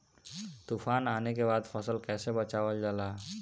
तुफान आने के बाद फसल कैसे बचावल जाला?